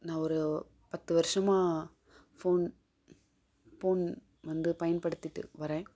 நான் ஒரு பத்துவருஷமா ஃபோன் போன் வந்து பயன்படுத்திகிட்டு வரேன்